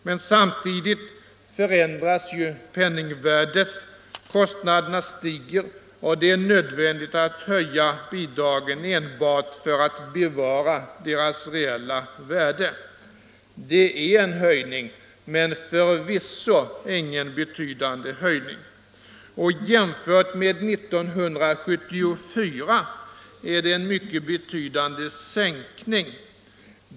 Men samtidigt förändras ju penningvärdet, kostnaderna stiger och det är nödvändigt att höja bidragen enbart för att bevara deras reella värde. Det är en höjning men förvisso ingen betydande höjning. Och jämfört med 1974 är det en mycket betydande sänkning.